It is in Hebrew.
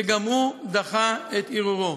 וגם הוא דחה את ערעורו.